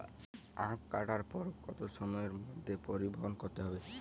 আখ কাটার পর কত সময়ের মধ্যে পরিবহন করতে হবে?